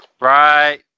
Right